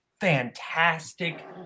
fantastic